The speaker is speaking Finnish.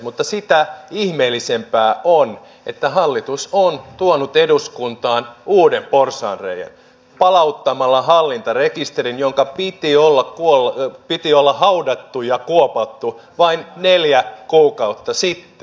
mutta sitä ihmeellisempää on että hallitus on tuonut eduskuntaan uuden porsaanreiän palauttamalla hallintarekisterin jonka piti olla haudattu ja kuopattu vain neljä kuukautta sitten